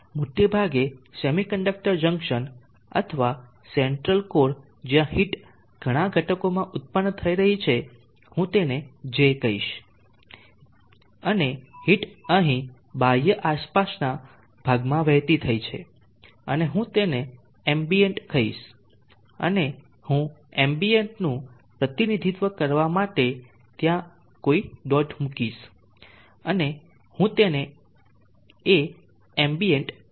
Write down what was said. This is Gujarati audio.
મોટે ભાગે સેમીકન્ડક્ટર જંક્શન અથવા સેન્ટ્રલ કોર જ્યાં હીટ ઘણા ઘટકોમાં ઉત્પન્ન થઈ રહી છે હું તેને J કહીશ છે અને હીટ અહીં બાહ્ય આસપાસના ભાગમાં વહેતી થઈ છે અને હું તેને એમ્બિયન્ટ કહીશ અને હું એમ્બિયન્ટનું પ્રતિનિધિત્વ કરવા માટે ત્યાં કોઈ ડોટ મુકીશ અને હું તેને A એમ્બિયન્ટ કહીશ